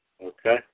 okay